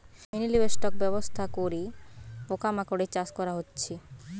mini livestock ব্যবস্থা করে পোকা মাকড়ের চাষ করা হচ্ছে